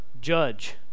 judge